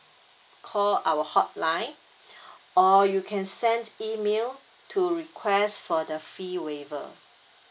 call our hotline or you can send email to request for the fee waiver